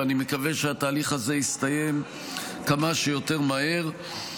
ואני מקווה שהתהליך הזה יסתיים כמה שיותר מהר.